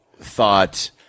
thought